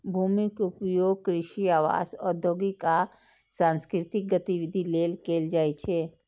भूमिक उपयोग कृषि, आवास, औद्योगिक आ सांस्कृतिक गतिविधि लेल कैल जाइ छै